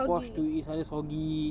washed to it ah yes soggy